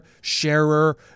sharer